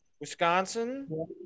Wisconsin